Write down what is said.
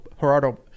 Gerardo